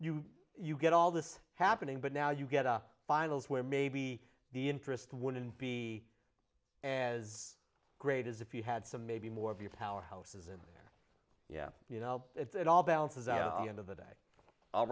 you you get all this happening but now you get a finals where maybe the interest wouldn't be as great as if you had some maybe more of your powerhouses and yeah you know it all balances out on the